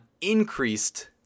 increased